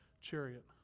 chariot